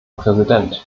präsident